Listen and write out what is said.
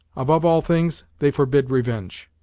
above all things, they forbid revenge.